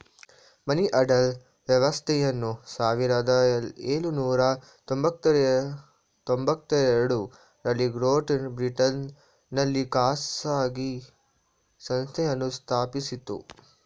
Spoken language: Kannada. ಮನಿಆರ್ಡರ್ ವ್ಯವಸ್ಥೆಯನ್ನು ಸಾವಿರದ ಎಳುನೂರ ತೊಂಬತ್ತಎರಡು ರಲ್ಲಿ ಗ್ರೇಟ್ ಬ್ರಿಟನ್ ನಲ್ಲಿ ಖಾಸಗಿ ಸಂಸ್ಥೆಯನ್ನು ಸ್ಥಾಪಿಸಿತು